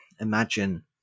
imagine